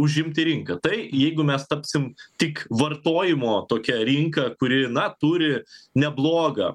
užimti rinką tai jeigu mes tapsim tik vartojimo tokia rinka kuri na turi neblogą